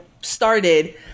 started